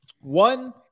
one